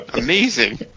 Amazing